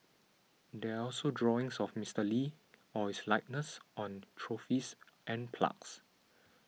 there are also drawings of Mister Lee or his likeness on trophies and plugs